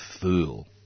fool